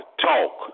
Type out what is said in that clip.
talk